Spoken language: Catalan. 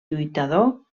lluitador